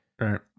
right